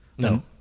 No